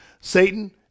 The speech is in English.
Satan